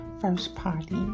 first-party